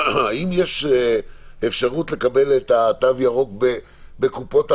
האם יש אפשרות לקבל את התו הירוק בקופות החולים?